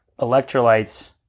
electrolytes